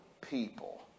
people